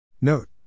Note